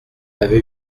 avait